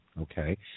okay